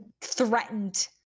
threatened